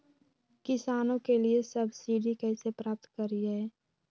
किसानों के लिए सब्सिडी कैसे प्राप्त करिये?